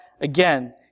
again